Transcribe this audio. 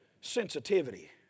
sensitivity